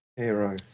Hero